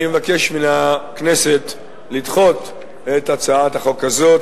אני מבקש מהכנסת לדחות את הצעת החוק הזאת.